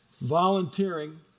Volunteering